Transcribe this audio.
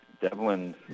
Devlin